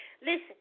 Listen